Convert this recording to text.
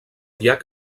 llac